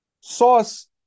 Sauce